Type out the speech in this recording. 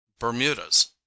Bermudas